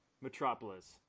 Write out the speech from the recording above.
metropolis